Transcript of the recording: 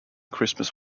christmas